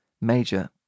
major